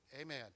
Amen